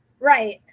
right